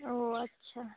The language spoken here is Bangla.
ও আচ্ছা